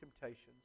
temptations